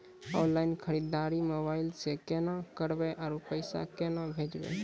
Online खरीददारी mobile से केना करबै, आरु पैसा केना भेजबै?